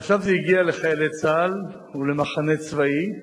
עכשיו זה הגיע לחיילי צה"ל ולמחנה צבאי,